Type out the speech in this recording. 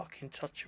touchable